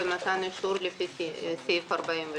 46 לפקודת מס הכנסה, רשימה